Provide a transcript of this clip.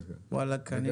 לא